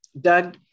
Doug